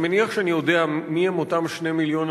אני מניח שאני יודע מי הם אותם 2 מיליון